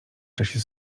czasie